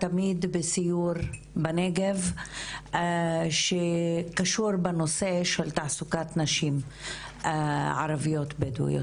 הסיור תמיד היה בנגב שקשור בנושא של תעסוקת נשים ערביות בדואיות.